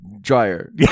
Dryer